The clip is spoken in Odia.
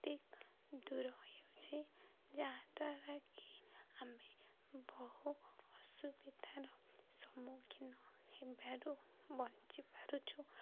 ଠିକ୍ ଦୂର ହେଉଛି ଯାହାଦ୍ୱାରା କିି ଆମେ ବହୁ ଅସୁବିଧାର ସମ୍ମୁଖୀନ ହେବାରୁ ବଞ୍ଚିପାରୁଛୁ